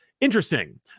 Interesting